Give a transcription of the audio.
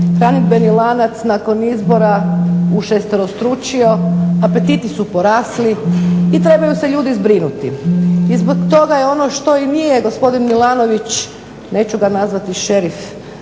hranidbeni lanac nakon izbora ušesterostručio, apetiti su porasli i trebaju se ljudi zbrinuti. I zbog toga je ono što i nije gospodin Milanović, neću ga nazvati šerif,